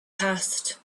past